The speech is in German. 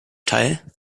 teil